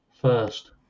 First